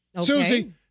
Susie